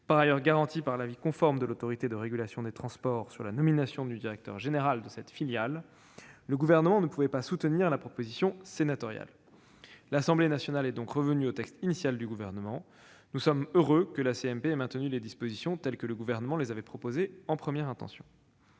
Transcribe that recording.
par ailleurs garantie par l'avis conforme de l'Autorité de régulation des transports sur la nomination du directeur général de cette filiale, le Gouvernement ne pouvait pas soutenir la proposition sénatoriale. L'Assemblée nationale est revenue au texte initial du Gouvernement. Nous sommes donc heureux que la commission mixte paritaire ait maintenu les dispositions telles que le Gouvernement les avait proposées en première intention.